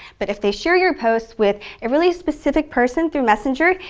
but if they share your post with a really specific person through messenger,